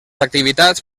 activitats